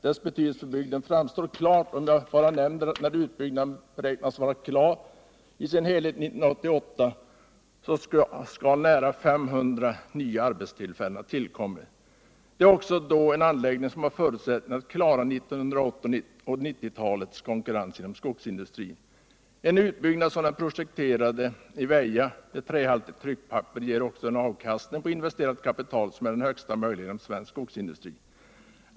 Dess betydelse för bygden framstår klart om jag bara nämner att när utbyggnaden 1988 beräknas vara klar i sin helhet skall nära 500 nya arbetstillfällen ha tillkommit. Det är då en anläggning som har förutsättningar att klara 1980 och 1990-talens konkurrens inom skogsindustrin. En utbyggnad som den projekterade i Väja för trähaltigt tryckpapper ger också en avkastning på investerat kapital som är den högsta möjliga inom svensk skogsindustri.